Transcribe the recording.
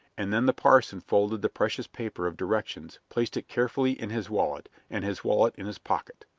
and then the parson folded the precious paper of directions, placed it carefully in his wallet, and his wallet in his pocket.